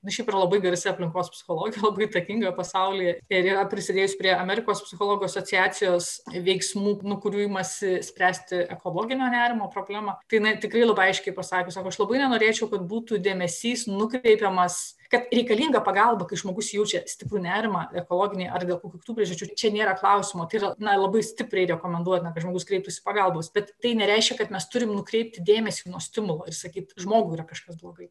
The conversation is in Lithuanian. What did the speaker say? nu šiaip yra labai garsi aplinkos psichologėlabai įtakinga pasaulyje ir yra prisidėjus prie amerikos psichologų asociacijos veiksmų nu kurių imasi spręsti ekologinio nerimo problemą tai jinai tikrai labai aiškiai pasakė sako aš labai nenorėčiau kad būtų dėmesys nukreipiamas kad reikalinga pagalba kai žmogus jaučia stiprų nerimą ekologinį arba dėl kitų priežasčių čia nėra klausimo tai ra labai stipriai rekomenduotina kad žmogus kreiptųsi pagalbos bet tai nereiškia kad mes turim nukreipt dėmesį nuo stimulo ir sakyt žmogui ra kažkas blogai